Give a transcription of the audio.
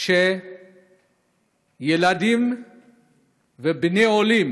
שלפיו 12% מהילדים ובני העולים